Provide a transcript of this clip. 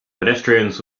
pedestrians